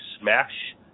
smash